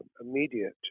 immediate